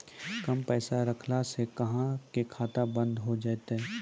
कम पैसा रखला से अहाँ के खाता बंद हो जैतै?